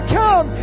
come